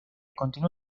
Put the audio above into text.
continuó